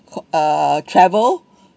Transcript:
err travel